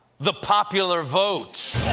the popular vote.